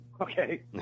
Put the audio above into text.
Okay